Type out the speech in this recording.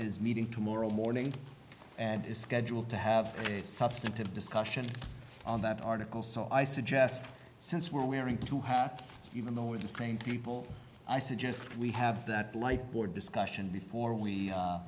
is meeting tomorrow morning and is scheduled to have a substantive discussion on that article so i suggest since we're wearing two hats even though we're the same people i suggest we have that light board discussion before we